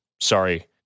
Sorry